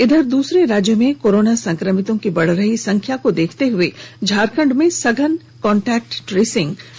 इधर दूसरे राज्यों में कोरोना संक्रमितों की बढ़ रही संख्या को देखते हुए झारखंड में सघन कांटैक्ट ट्रेसिंग शुरू किया गया है